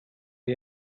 die